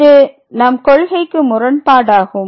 இது நம் கொள்கைக்கு முரண்பாடாகும்